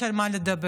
יש על מה לדבר.